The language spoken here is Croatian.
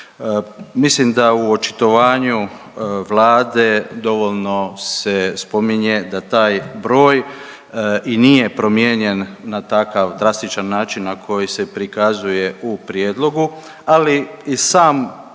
Mislim da u očitovanju Vlade dovoljno se spominje da taj broj i nije promijenjen na takav drastičan način na koji se prikazuje u prijedlogu, ali i sam broj